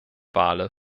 wale